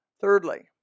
Thirdly